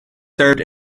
served